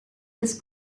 this